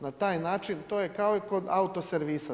Na taj način, to je kao i kod autoservisa.